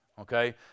Okay